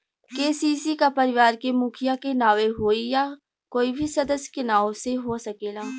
KCC का परिवार के मुखिया के नावे होई या कोई भी सदस्य के नाव से हो सकेला?